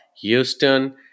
Houston